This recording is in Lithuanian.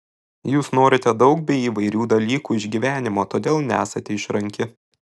jūs norite daug bei įvairių dalykų iš gyvenimo todėl nesate išranki